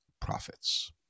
profits